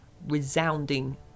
resounding